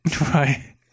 Right